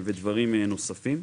ודברים נוספים.